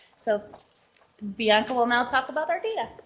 so bianca will now talk about our data.